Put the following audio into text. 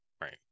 right